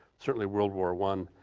certainly world war one.